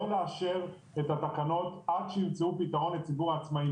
לאשר את התקנות עד שימצאו פתרון לציבור העצמאים.